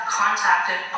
contacted